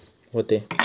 व्हते